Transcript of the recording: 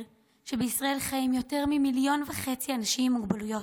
שבישראל חיים יותר ממיליון וחצי אנשים עם מוגבלויות,